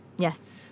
Yes